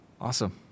Awesome